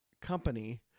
company